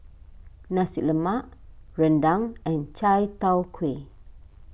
Nasi Lemak Rendang and Chai Tow Kuay